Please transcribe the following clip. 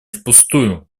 впустую